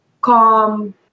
calm